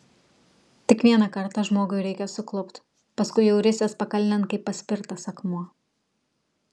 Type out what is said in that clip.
tik vieną kartą žmogui reikia suklupt paskui jau risies pakalnėn kaip paspirtas akmuo